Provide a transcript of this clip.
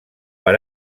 per